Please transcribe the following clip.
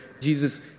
Jesus